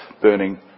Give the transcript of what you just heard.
burning